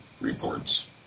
reports